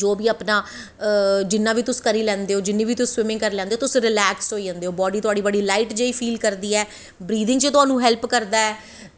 जो बी अपना जिन्ना बी तुस करी लैंदे जिन्नी बी तुस स्विमिंग करी लैंदे रिलेक्स होई जंदे बॉडी थुआढ़ी बड़ी रिलेक्स फील करदी ऐ ब्रीथिंग च थुहानू हैल्प करदा ऐ